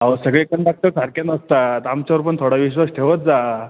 अहो सगळे कंडाक्टर सारखे नसतात आमच्यावर पण थोडा विश्वास ठेवत जा